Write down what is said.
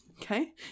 Okay